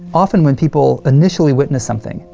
often, when people initially witness something,